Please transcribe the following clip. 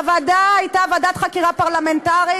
והוועדה הייתה ועדת חקירה פרלמנטרית,